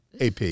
AP